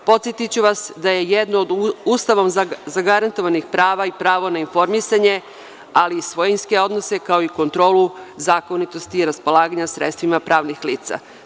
Podsetiću vas da je jedno od Ustavom zagarantovanih prava i pravo na informisanje, ali i svojinske odnose, kao i kontrolu zakonitosti i raspolaganja sredstvima pravnih lica.